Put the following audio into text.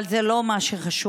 אבל זה לא מה שחשוב.